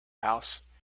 house